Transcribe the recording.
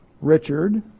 Richard